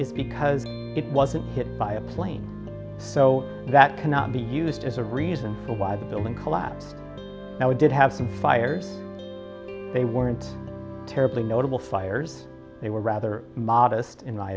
is because it wasn't hit by a plane so that cannot be used as a reason for why the building collapse now did have some fires they weren't terribly notable fires they were rather modest in my